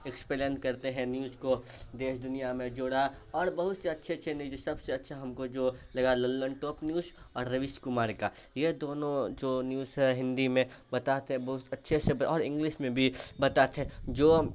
explain کرتے ہیں news کو دیش دنیا میں جوڑا اور بہت سے اچھے اچھے نیوج ہیں سب سے اچھے ہم کو جو لگا للن ٹاپ نیوج اور رویش کمار کا یہ دونوں جو نیوز ہیں ہندی میں بتاتے ہیں بہت اچھے سے اور انگلش میں بھی بتاتے ہیں جو